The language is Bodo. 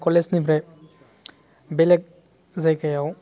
कलेजनिफ्राय बेलेक जायगायाव